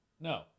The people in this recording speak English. No